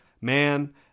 man